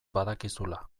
badakizula